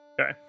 Okay